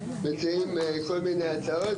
מציעים כל מיני הצעות,